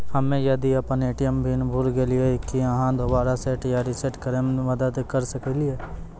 हम्मे यदि अपन ए.टी.एम पिन भूल गलियै, की आहाँ दोबारा सेट या रिसेट करैमे मदद करऽ सकलियै?